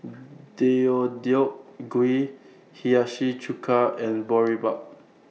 Deodeok Gui Hiyashi Chuka and Boribap